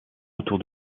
autour